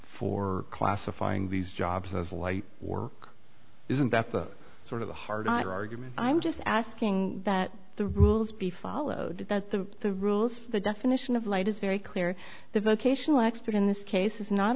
for classifying these jobs as light work isn't that the sort of a hard argument i'm just asking that the rules be followed that the the rules the definition of light is very clear the vocational expert in this case is not